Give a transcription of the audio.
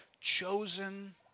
chosen